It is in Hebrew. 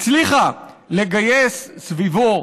הצליחה לגייס סביבו,